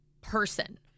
person